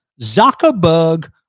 Zuckerberg